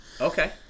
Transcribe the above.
Okay